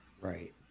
right